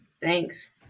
Thanks